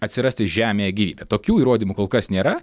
atsirasti žemėje gyvybė tokių įrodymų kol kas nėra